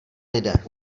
lidé